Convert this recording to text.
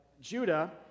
Judah